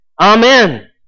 Amen